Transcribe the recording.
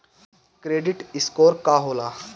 Credit score का होला?